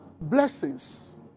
blessings